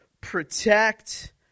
protect